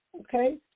okay